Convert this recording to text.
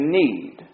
need